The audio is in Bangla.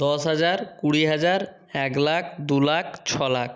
দশ হাজার কুড়ি হাজার এক লাখ দু লাখ ছ লাখ